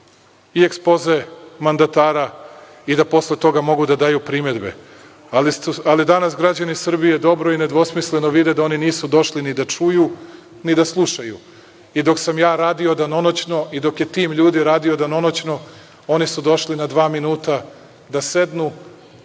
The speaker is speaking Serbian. i ekspoze mandatara i da posle toga mogu da daju primedbe, ali danas građani Srbije dobro i nedvosmisleno vide da oni nisu došli ni da čuju ni da slušaju. Dok sam ja radio danonoćno i dok je tim ljudi radio danonoćno, oni su došli na dva minuta da sednu,